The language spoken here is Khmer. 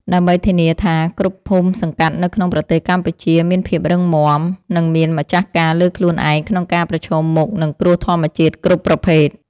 ដើម្បីធានាថាគ្រប់ភូមិសង្កាត់នៅក្នុងប្រទេសកម្ពុជា មានភាពរឹងមាំ និងមានម្ចាស់ការលើខ្លួនឯងក្នុងការប្រឈមមុខនឹងគ្រោះធម្មជាតិគ្រប់ប្រភេទ។